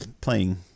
playing